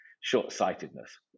short-sightedness